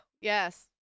yes